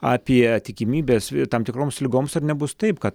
apie tikimybes tam tikroms ligoms ar nebus taip kad